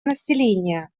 населения